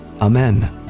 Amen